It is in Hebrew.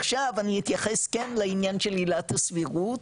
עכשיו אני אתייחס כן לעניין של עילת הסבירות,